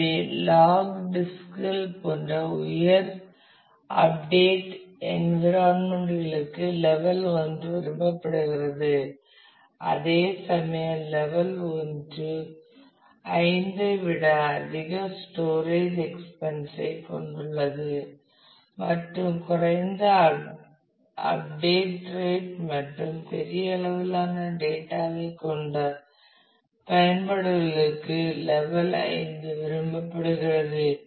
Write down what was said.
எனவே log disk குகள் போன்ற உயர் அப்டேட் என்விரான்மென்ட் களுக்கு லெவல் 1 விரும்பப்படுகிறது அதேசமயம் லெவல் ஒன்று 5 ஐ விட அதிக ஸ்டோரேஜ் எக்ஸ்பென்சை கொண்டுள்ளது மற்றும் குறைந்த அப்டேட் ரேட் மற்றும் பெரிய அளவிலான டேட்டா ஐக் கொண்ட பயன்பாடுகளுக்கு லெவல் 5 விரும்பப்படுகிறது